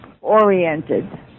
Oriented